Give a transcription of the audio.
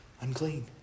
Unclean